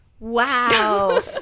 Wow